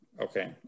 Okay